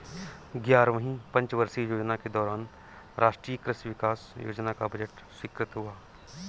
ग्यारहवीं पंचवर्षीय योजना के दौरान राष्ट्रीय कृषि विकास योजना का बजट स्वीकृत हुआ